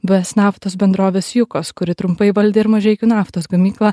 buvęs naftos bendrovės jukos kuri trumpai valdė ir mažeikių naftos gamyklą